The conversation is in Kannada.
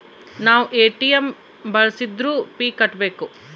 ನಾವ್ ಎ.ಟಿ.ಎಂ ಬಳ್ಸಿದ್ರು ಫೀ ಕಟ್ಬೇಕು